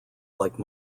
like